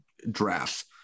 draft